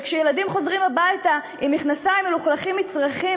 וכשילדים חוזרים הביתה עם מכנסיים מלוכלכים מצרכים